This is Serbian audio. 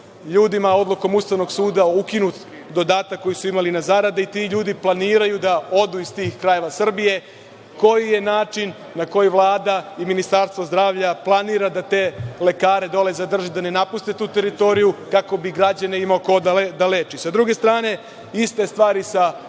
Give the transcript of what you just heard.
ljudima odlukom Ustavnog suda ukinut dodatak koji su imali na zarade i ti ljudi planiraju da odu iz tih krajeva Srbije. Koji je način na koji Vlada i Ministarstvo zdravlja planira da te lekare dole zadrži, da ne napuste tu teritoriju kako bi građane imao ko da leči? Sa druge strane, iste stvari sa